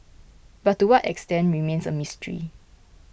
but to what extent remains a mystery